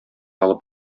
алып